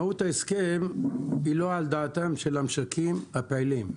מהות ההסכם היא לא על דעתם של המשקים הפעילים,